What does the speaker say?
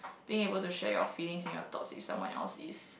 being able to share your feelings and your thoughts with someone else is